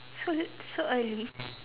so so early